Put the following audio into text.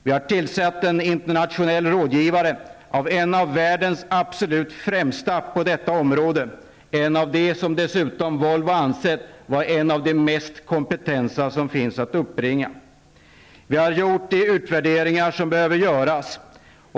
Vi har tillsatt en internationell rådgivare, en av världens absolut främsta på detta område, som dessutom Volvo ansett vara en av de mest kompetenta som finns att uppbringa. Vi har gjort de utvärderingar som behöver göras.